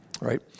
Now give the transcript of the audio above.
right